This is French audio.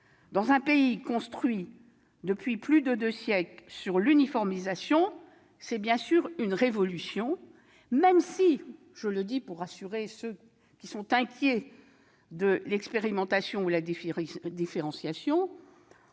Dans un pays construit depuis plus de deux siècles sur l'uniformisation, c'est bien sûr une révolution même si, je le dis pour rassurer ceux qui s'inquiètent de l'expérimentation ou de la différenciation,